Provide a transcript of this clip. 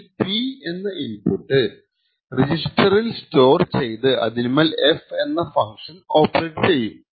അതിൽ P എന്ന input റെജിസ്റ്ററിൽ സ്റ്റോർ ചെയ്ത് അതിന്മേൽ f എന്ന ഫങ്ക്ഷൻ ഓപ്പറേറ്റ് ചെയ്യും